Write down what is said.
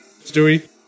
Stewie